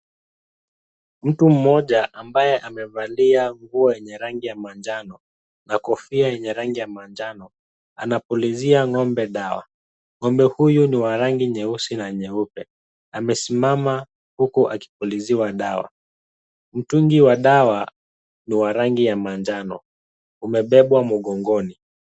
Mtu mmoja ambaye amevalia nguo yenye rangi ya manjano na kofia yenye rangi ya manjano, anapulizia ng'ombe dawa. Ng'ombe huyu ni wa rangi nyeusi na nyeupe. Amesimama huku akipuliziwa dawa. Mtungi wa dawa ni wa rangi ya manjano, umebebwa mgongoni.